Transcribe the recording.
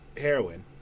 heroin